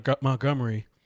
Montgomery